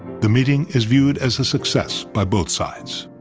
the meeting is viewed as a success by both sides.